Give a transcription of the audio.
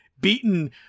beaten